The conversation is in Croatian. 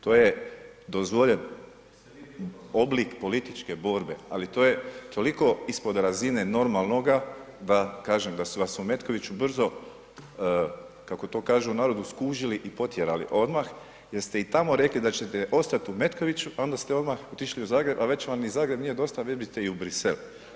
To je dozvoljen oblik političke borbe, ali to je toliko ispod razine normalnoga da kažem da su vas u Metkoviću brzo kako to kažu u narodu skužili i potjerali odmah jer ste i tamo rekli da ćete ostat u Metkoviću, a onda ste odmah otišli u Zagreb, a već vam ni Zagreb nije dosta, vi biste i u Bruxelles.